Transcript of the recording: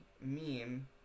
meme